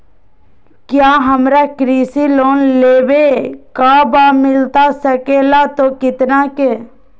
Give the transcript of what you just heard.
क्या हमारा कृषि लोन लेवे का बा मिलता सके ला तो कितना के?